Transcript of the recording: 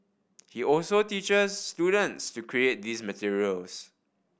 he also teachers students to create these materials